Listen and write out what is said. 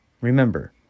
Remember